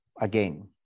again